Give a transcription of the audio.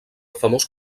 famós